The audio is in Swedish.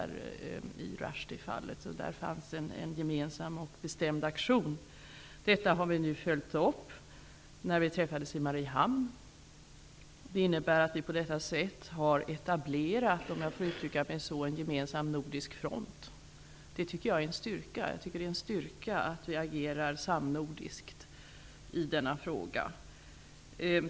Rushdiefallet, så där fanns en gemensam och bestämd aktion. Detta har nu följts upp, när vi träffades i Mariehamn. Det innebär att vi på detta sätt har etablerat, om jag så får uttrycka mig, en gemensam nordisk front. Det är en styrka att vi agerar samnordiskt i denna fråga.